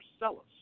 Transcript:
Marcellus